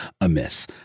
amiss